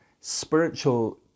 spiritual